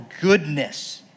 goodness